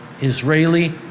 Israeli